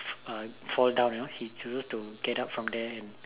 uh fall down you know he chooses to get up from there and